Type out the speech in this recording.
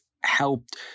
helped